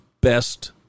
best